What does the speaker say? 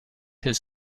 his